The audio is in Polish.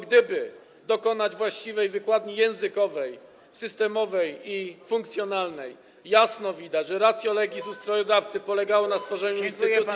Gdyby dokonać właściwej wykładni językowej, systemowej i funkcjonalnej, jasno byłoby widać, że ratio legis ustrojodawcy polegało na stworzeniu instytucji.